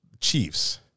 Chiefs